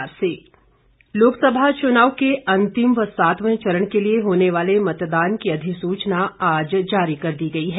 अधिसूचना लोकसभा चुनाव के अंतिम व सातवें चरण के लिए होने वाले मतदान की अधिसूचना आज जारी कर दी गई है